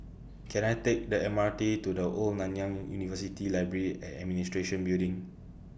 Can I Take The M R T to The Old Nanyang University Library and Administration Building